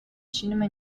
cinema